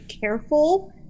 careful